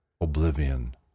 oblivion